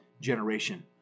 generation